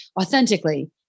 authentically